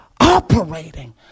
operating